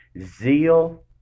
zeal